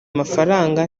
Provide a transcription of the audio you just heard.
mafaranga